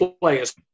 players